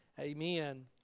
Amen